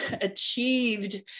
achieved